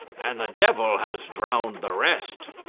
and the devil has drowned the rest.